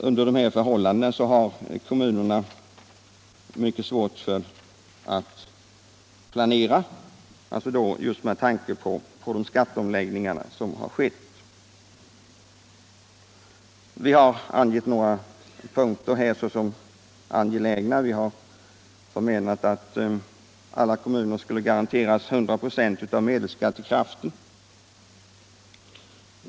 Under dessa förhållanden har kommunerna på grund av de skatteomläggningar som skett givetvis mycket svårt att planera. Vi har i några punkter angett åtgärder som vi anser vara angelägna. Vi har ansett att alla kommuner skulle garanteras 100 ?> av medelskattekraften.